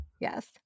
Yes